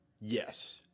Yes